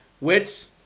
Wits